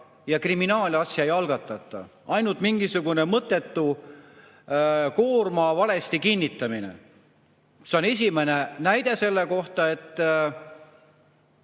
ja kriminaalasja ei algatata, ainult [tuvastatakse] mingisugune mõttetu koorma valesti kinnitamine. See on esimene näide selle kohta, et